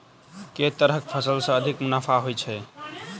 केँ तरहक फसल सऽ अधिक मुनाफा होइ छै?